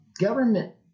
Government